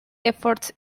efforts